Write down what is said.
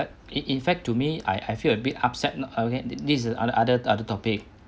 like in in fact to me I I feel a bit upset uh okay this is other other other topic